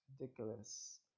ridiculous